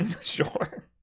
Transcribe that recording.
Sure